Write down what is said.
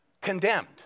Condemned